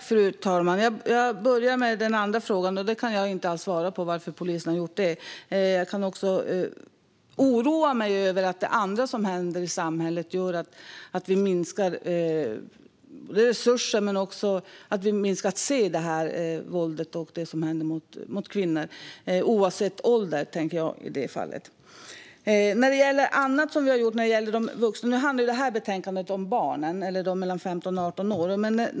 Fru talman! Jag börjar med den andra frågan. Jag kan inte alls svara på varför polisen har gjort det. Men jag kan oroa mig över att det andra som händer i samhället gör att vi minskar resurserna men också minskat ser detta våld mot kvinnor - oavsett ålder, tänker jag i det fallet. Nu handlar ju det här betänkandet om barnen eller om dem mellan 15 och 18 år.